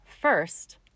First